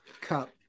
cup